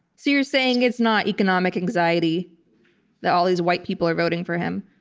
so you're saying it's not economic anxiety that all these white people are voting for him.